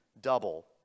double